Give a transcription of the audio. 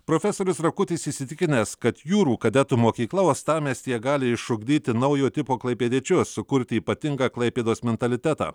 profesorius rakutis įsitikinęs kad jūrų kadetų mokykla uostamiestyje gali išugdyti naujo tipo klaipėdiečius sukurti ypatingą klaipėdos mentalitetą